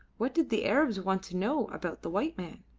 what did the arabs want to know about the white men?